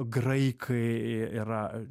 graikai yra